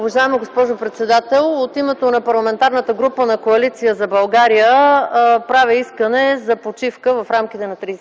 Уважаеми господин председател, от името на Парламентарната група на Коалиция за България правя искане за почивка в рамките на 30